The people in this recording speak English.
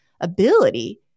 ability